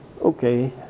Okay